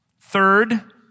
Third